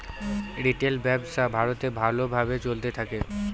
retail ব্যবসা ভারতে ভালো ভাবে চলতে থাকে